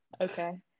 Okay